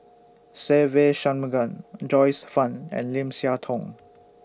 Se Ve Shanmugam Joyce fan and Lim Siah Tong